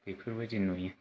बेफोरबायदि नुयो